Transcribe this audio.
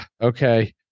okay